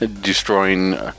destroying